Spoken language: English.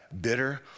bitter